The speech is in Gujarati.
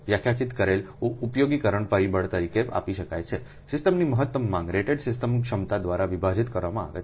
વ્યાખ્યાયિત કરેલા ઉપયોગીકરણ પરિબળ તરીકે આપી શકાય છે સિસ્ટમની મહત્તમ માંગ રેટેડ સિસ્ટમ ક્ષમતા દ્વારા વિભાજિત કરવામાં આવે છે